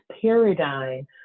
paradigm